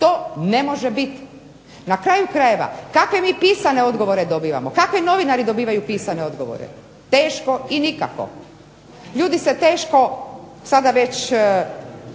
To ne može biti. Na kraju krajeva kakve mi pisane odgovore dobivamo, kakve novinari dobivaju pisane odgovore? Teško i nikako. Ljudi se teško sada već